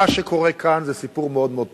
מה שקורה כאן הוא סיפור מאוד מאוד פשוט.